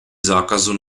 zákazu